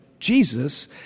Jesus